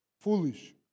foolish